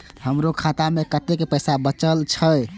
हमरो खाता में कतेक पैसा बचल छे?